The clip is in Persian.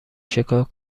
شکار